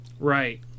right